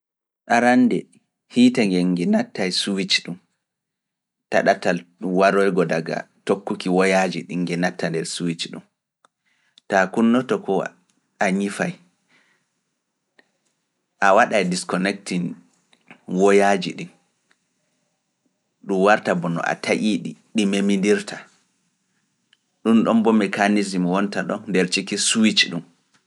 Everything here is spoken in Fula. Arannde hiite nge nge natta e suuɗe ɗum, taɗatal waroygo daga tokkuki woyaaji ɗi nge natta nder suuɗe ɗum, taa kunnoto ko a ñifaay, a waɗa e disconnecting woyaaji ɗi, ɗum warta boo no a taƴii ɗi, ɗi memindirta, ɗum ɗon boo mekaanisima wonta ɗon nder ceki suuɗe ɗum.